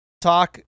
talk